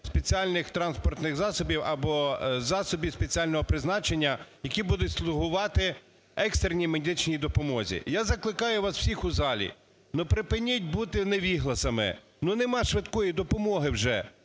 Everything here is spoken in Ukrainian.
спеціальних транспортних засобів або засоби спеціального призначення, які будуть слугувати екстреній медичній допомозі. Я закликаю вас всіх у залі, ну, припиніть бути невігласами, ну, немає швидкої допомоги вже.